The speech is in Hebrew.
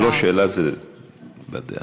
זה לא שאלה, זו הבעת דעה.